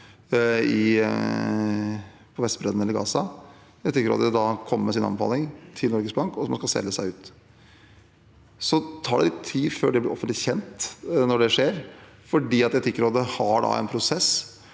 på Vestbredden eller i Gaza – komme med en anbefaling til Norges Bank om at man skal selge seg ut. Det tar litt tid før det blir offentlig kjent når det skjer, for Etikkrådet har en prosess.